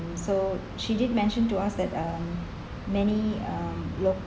so she did mention to us that um many um lo~